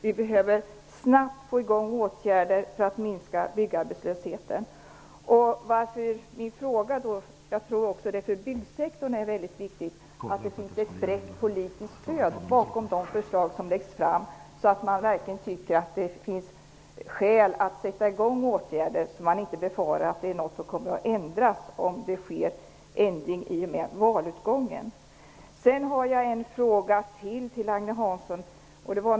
Vi behöver snabbt få i gång åtgärder för att minska byggarbetslösheten. Varför ställde jag då min fråga? Det är mycket viktigt för byggsektorn att det finns ett brett politiskt stöd bakom de förslag som läggs fram, så att man verkligen tycker att det finns skäl att sätta i gång åtgärder och inte befarar att detta är något som kommer att ändras om det sker en förändring i och med valutgången. Jag har ännu en fråga till Agne Hansson.